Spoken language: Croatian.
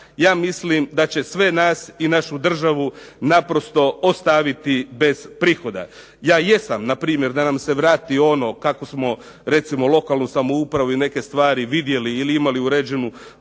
ja mislim da će sve nas i našu državu naprosto ostaviti bez prihoda. Ja jesam npr. da nam se vrati kako smo recimo lokalnu samoupravu i neke stvari vidjeli i imali uređenu